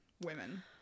women